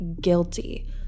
guilty